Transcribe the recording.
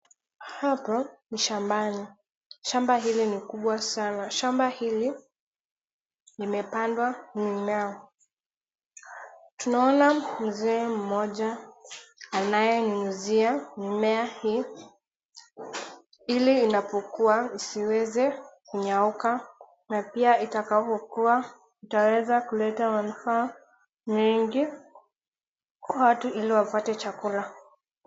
Hapa ni shambani. Shamba hili ni kubwa sana. Shamba hili limepandwa mimea. Tunaona mzee mmoja anayenyunyizia mimea hii, ili inapokua isiweze kunyauka na pia itakapokua itaweza kuleta manufaa nyingi kwa watu ili wapate chakula.